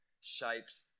shapes